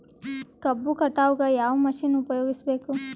ಕಬ್ಬು ಕಟಾವಗ ಯಾವ ಮಷಿನ್ ಉಪಯೋಗಿಸಬೇಕು?